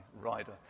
rider